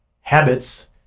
habits